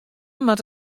moat